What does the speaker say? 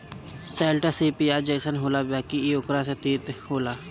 शैलटस इ पियाज जइसन होला बाकि इ ओकरो से तीत होला